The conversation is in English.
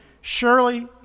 Surely